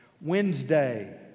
Wednesday